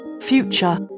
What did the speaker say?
future